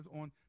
on